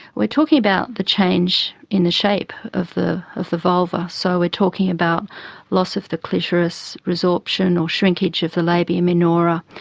we're talking about the change in the shape of the of the vulva. so we're talking about loss of the clitoris, resorption or shrinkage of the labia minora,